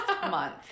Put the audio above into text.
month